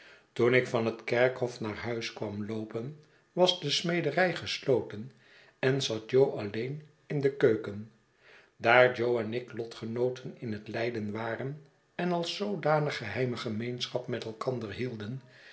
toen ik van het kerkhof naar huis kwam loopen was de smederij gesloten en zat jo alleen in de keuken daar jo en ik lotgenooten in het lijden waren en als zoodanig geheime gemeenschap met elkander hielden